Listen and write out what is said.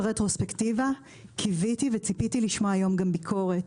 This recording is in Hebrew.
ברטרוספקטיבה קיוויתי וציפיתי לשמוע היום גם ביקורת,